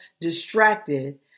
distracted